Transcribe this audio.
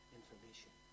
information